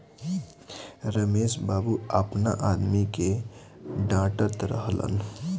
रमेश बाबू आपना आदमी के डाटऽत रहलन